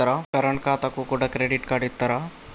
Current ఖాతాకు కూడా credit card ఇత్తరా?